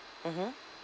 mmhmm